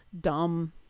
dumb